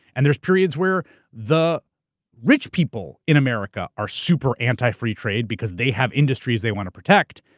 and there's periods where the rich people in america are super anti-free trade because they have industries they want to protect,